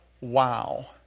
wow